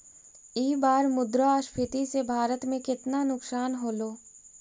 ई बार मुद्रास्फीति से भारत में केतना नुकसान होलो